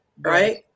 right